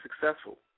successful